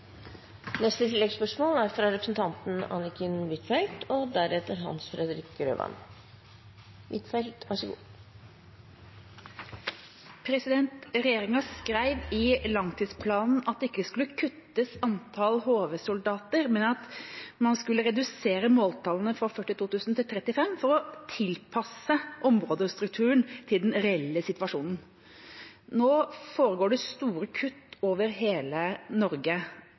Anniken Huitfeldt – til oppfølgingsspørsmål. Regjeringa skrev i langtidsplanen at det ikke skulle kuttes i antall HV-soldater, men at man skulle redusere måltallene fra 42 000 til 35 000 for å tilpasse områdestrukturen til den reelle situasjonen. Nå foregår det store kutt over hele Norge.